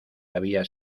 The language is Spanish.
había